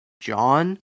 John